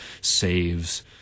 saves